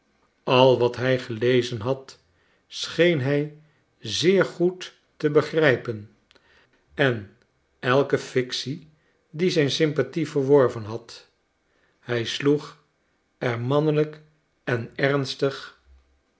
al wat hij gelezen had scheen hij zeer goed te begrijpen en elke fictie die zijn sympathie verworven had hij sloeg er mannelijk en ernstig